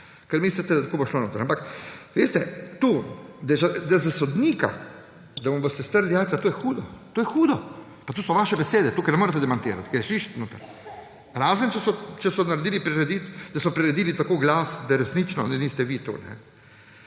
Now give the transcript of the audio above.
ker mislite, da bo tako šlo naprej. Veste, da za sodnika, da mu boste strli jajca, to je hudo. To so vaše besede, tukaj ne morate demantirati, ker je slišati notri, razen če so priredili tako glas, da resnično niste vi to.